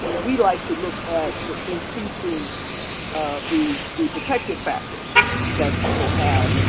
we like to look at increasing the the protective factors that people have.